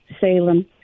Salem